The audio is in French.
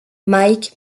mike